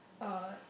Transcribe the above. uh